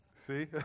See